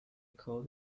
call